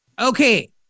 Okay